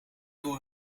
door